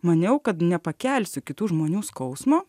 maniau kad nepakelsiu kitų žmonių skausmo